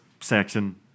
section